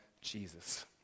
Jesus